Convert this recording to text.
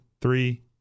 three